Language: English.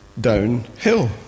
downhill